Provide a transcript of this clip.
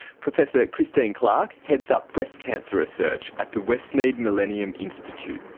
professor christine clarke heads up breast cancer research at the westmead millennium institute.